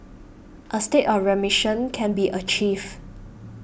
a state of remission can be achieved